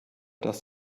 dass